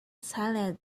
salad